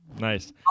nice